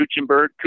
Kuchenberg